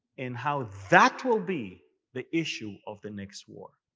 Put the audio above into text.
and how that will be the issue of the next war.